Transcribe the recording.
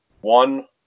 one